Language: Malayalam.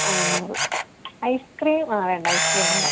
അ നൂറ് ഐസ് ക്രീം ആ വേണ്ട ഐസ് ക്രീം വേണ്ട